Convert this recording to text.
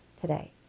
today